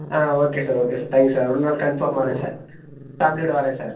ஆ okay sir okay sir thank you sir ஒரு நாள் கன்ஃபார்மாக வரேன் சார் ஃபேமிலியோட வரேன் சார்